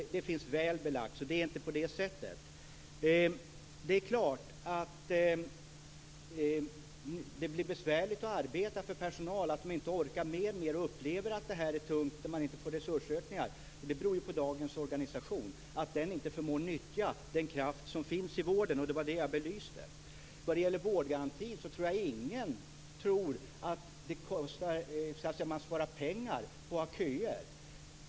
Det finns väl belagt, så det är inte på det sätt som Rolf Olsson säger. Det är klart att det blir besvärligt att arbeta för personalen, att den inte orkar med mer och upplever att det är tungt när man inte får resursökningar. Det beror på att dagens organisation inte förmår nyttja den kraft som finns i vården. Det var det jag belyste. Vad gäller vårdgarantin förmodar jag att ingen tror att man sparar pengar på att ha köer.